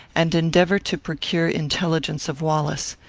and endeavour to procure intelligence of wallace.